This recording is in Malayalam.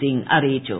സിംങ് അറിയിച്ചു